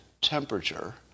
temperature